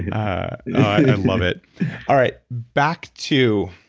i love it all right, back to